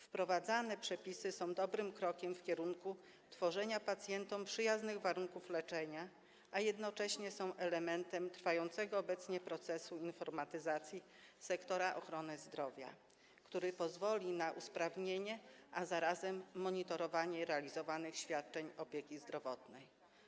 Wprowadzane przepisy są dobrym krokiem w kierunku tworzenia dla pacjentów przyjaznych warunków leczenia, a jednocześnie są elementem trwającego obecnie procesu informatyzacji sektora ochrony zdrowia, który pozwoli na usprawnienie, a zarazem monitorowanie realizowanych świadczeń opieki zdrowotnej.